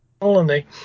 colony